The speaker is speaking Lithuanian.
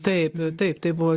taip taip tai buvo